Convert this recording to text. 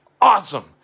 awesome